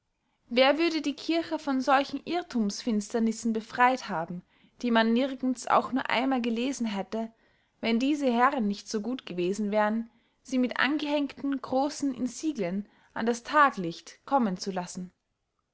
wer würde die kirche von solchen irrthumsfinsternissen befreyt haben die man nirgends auch nur einmal gelesen hätte wenn diese herren nicht so gut gewesen wären sie mit angehängten grossen insiglen an das taglicht kommen zu lassen